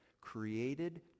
Created